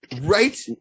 Right